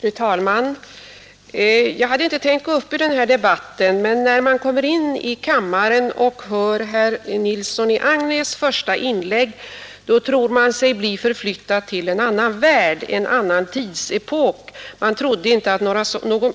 Fru talman! Jag hade inte tänkt gå upp i denna debatt, men när jag kom in i kammaren och hörde herr Nilssons i Agnäs första inlägg trodde jag mig förflyttad till en annan värld, en annan epok. Jag trodde inte att